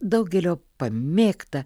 daugelio pamėgtą